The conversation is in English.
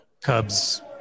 Cubs